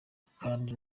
kandi